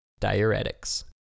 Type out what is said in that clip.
Diuretics